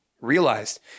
realized